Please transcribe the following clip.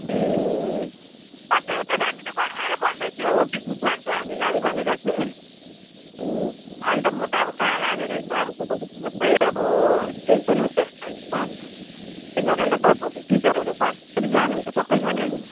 ए अँ त्यही त नानीले घरमा आएर भन्दैथियो हो पिक्निक लान्छ हामीलाई भनेर कि अन्त म त अब कहाँ लाने रहेछ अब केटाकेटी मात्रै अब टेन्सन हुन्छ है सर त्यही भएर नि त सर टिचरहरू पनि जानुहुन्छ सबै जानै